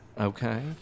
okay